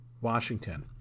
Washington